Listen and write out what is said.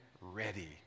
ready